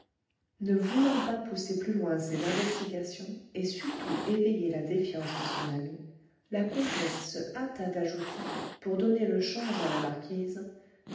ne voulant pas pousser plus loin ses investigations et surtout éveiller la défiance de son amie la comtesse se hâta d'ajouter pour donner le change à la marquise